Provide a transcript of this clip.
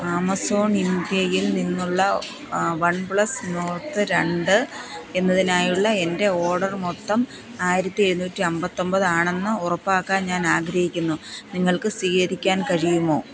Amazon ഇന്ത്യയിൽ നിന്നുള്ള OnePlus Nord രണ്ട് എന്നതിനായുള്ള എൻ്റെ ഓർഡർ മൊത്തം ആയിരത്തി എഴുന്നൂറ്റി അമ്പത്തൊമ്പതാണെന്ന് ഉറപ്പാക്കാൻ ഞാൻ ആഗ്രഹിക്കുന്നു നിങ്ങൾക്ക് സ്വീകരിക്കാൻ കഴിയുമോ